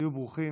היו ברוכים.